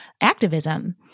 activism